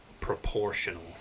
proportional